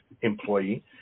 employee